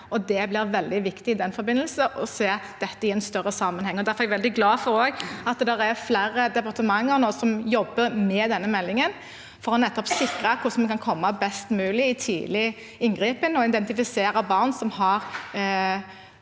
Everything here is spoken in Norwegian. Det blir veldig viktig i den forbindelse å se dette i en større sammenheng. Derfor er jeg veldig glad for at flere departementer nå jobber med meldingene, for å sikre hvordan vi best mulig kan komme i tidlig inngripen og identifisere barn som har